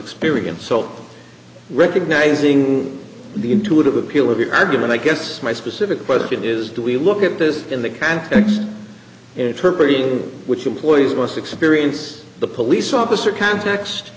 experience so recognizing the intuitive appeal of your argument i guess my specific question is do we look at this in the context in turkey in which employees must experience the police officer context